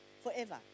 forever